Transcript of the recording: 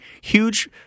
Huge